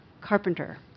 carpenter